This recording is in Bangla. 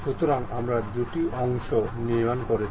সুতরাং আমরা দুটি অংশ নির্মাণ করেছি